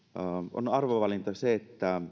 on arvovalinta että